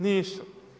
Nisu.